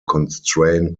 constrain